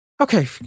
Okay